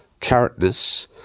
carrotness